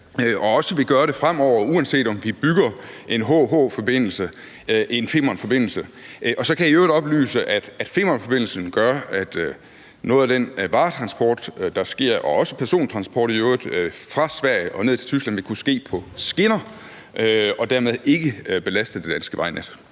også vil gøre det fremover, uanset om vi bygger en HH-forbindelse og en Femernforbindelse. Og så kan jeg i øvrigt oplyse, at Femernforbindelsen gør, at noget af den varetransport og i øvrigt også persontransport, der sker fra Sverige og ned til Tyskland, vil kunne ske på skinner og dermed ikke belaste det danske vejnet.